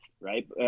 right